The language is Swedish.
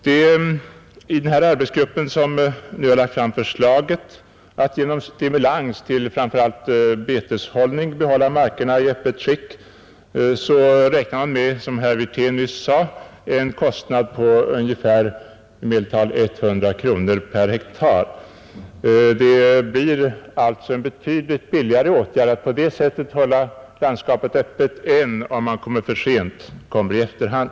Inom den arbetsgrupp som nu har lagt fram förslag om att genom stimulans till framför allt betesdrift bevara markerna i öppet skick räknar man med, som herr Wirtén nyss sade, en kostnad på i medeltal ungefär 100 kronor per hektar. Det blir alltså betydligt billigare att på det sättet hålla landskapet öppet än om man kommer för sent och vidtar åtgärder i efterhand.